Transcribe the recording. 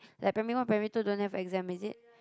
that primary one primary two don't have exam is it